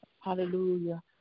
Hallelujah